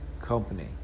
company